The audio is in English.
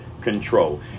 control